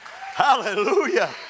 Hallelujah